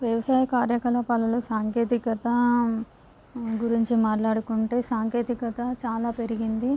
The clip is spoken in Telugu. వ్యవసాయ కార్యకలాపాలలో సాంకేతికత గురించి మాట్లాడుకుంటే సాంకేతికత చాలా పెరిగింది